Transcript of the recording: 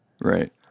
Right